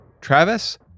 Travis